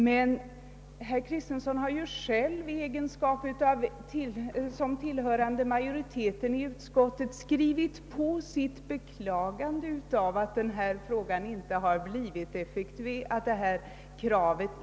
Men herr Kristenson har såsom tillhörande majoriteten i utskottet skrivit under ett beklagande av att detta krav inte har blivit effektuerat.